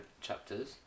chapters